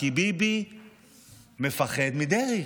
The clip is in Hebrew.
כי ביבי מפחד מדרעי.